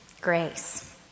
Grace